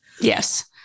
Yes